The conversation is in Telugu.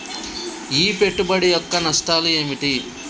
ఈ పెట్టుబడి యొక్క నష్టాలు ఏమిటి?